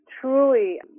truly